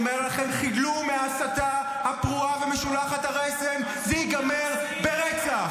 אתה לא שמעת מעל הדוכן הזה ומחוץ לדוכן הזה נבחרי ציבור